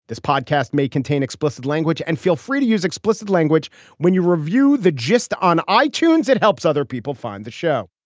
this podcast may contain explicit language and feel free to use explicit language when you review the gist on i-tunes, it helps other people find the show